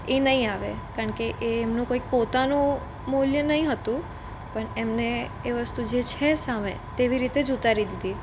એ નહીં આવે કારણકે એ એમનું કંઇ પોતાનું મૂલ્ય નહીં હતું પણ એમણે એ વસ્તુ જે છે સામે તેવી રીતે જ ઉતારી દીધી